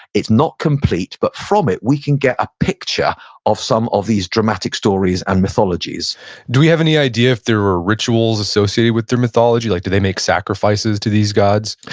it's not complete, but from it, we can get a picture of some of these dramatic stories and mythologies do we have any idea if there were rituals associated with their mythology? like did they make sacrifices to these gods?